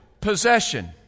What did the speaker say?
possession